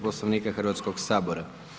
Poslovnika Hrvatskog sabora.